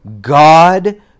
God